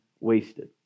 wasted